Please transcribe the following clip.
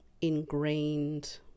ingrained